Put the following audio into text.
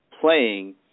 playing